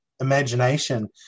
imagination